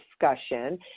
discussion